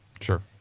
Sure